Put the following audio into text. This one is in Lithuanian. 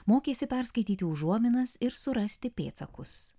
mokėsi perskaityti užuominas ir surasti pėdsakus